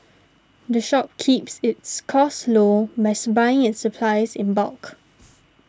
the shop keeps its costs low by buying its supplies in bulk